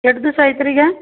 ಎಟ್ ದಿವಸ ಆಯ್ತು ರೀ ಈಗ